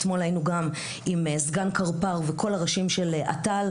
אתמול הייתי גם עם סגן --- וכל הראשים של "אט"ל".